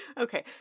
Okay